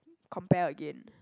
compare again